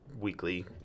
weekly